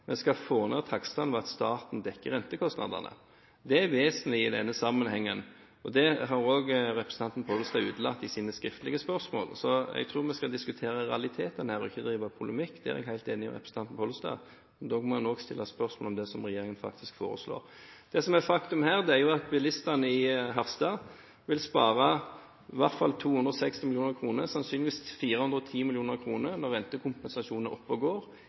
vi skal få ned takstene ved at staten dekker rentekostnadene. Det er vesentlig i denne sammenhengen. Det har også representanten Pollestad utelatt i sine skriftlige spørsmål. Jeg tror vi skal diskutere realitetene her og ikke drive polemikk, der er jeg helt enig med representanten Pollestad. Men da må en også stille spørsmål om det som regjeringen faktisk foreslår. Det som er faktum, er at bilistene i Harstad vil spare i hvert fall 260 mill. kr, sannsynligvis 410 mill. kr når rentekompensasjonen er oppe og går,